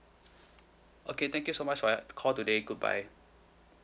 okay thank you so much for your call today goodbye